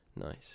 Nice